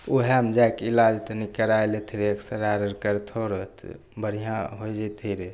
वएहमे जाके इलाज तनि करै लैथि रे एक्सरे आओर करतौ रहै तऽ बढ़िआँ होइ जएथि रहै